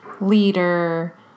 leader